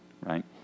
right